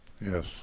Yes